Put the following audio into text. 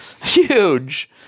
Huge